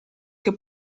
che